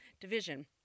division